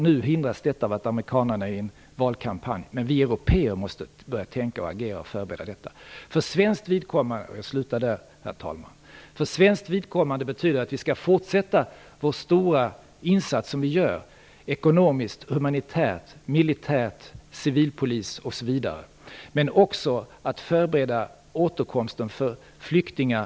Nu hindras detta av att amerikanerna har valkampanj, men vi européer måste börja tänka, agera och förbereda. För svenskt vidkommande betyder det att vi skall fortsätta den stora insats som vi gör ekonomiskt, humanitärt och militärt med civilpolis osv., men också förbereda återkomsten för flyktingar.